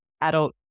adult